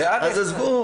אז עזבו.